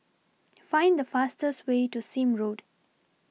Find The fastest Way to Sime Road